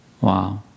Wow